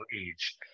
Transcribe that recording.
age